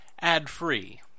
ad-free